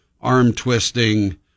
arm-twisting